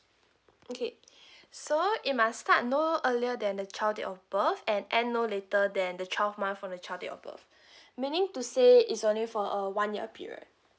okay so it must start no earlier than the child date of birth and end no later than the twelve month from the child date of birth meaning to say is only for a one year period